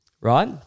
right